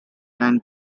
can